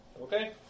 Okay